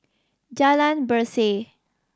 Jalan Berseh